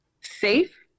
safe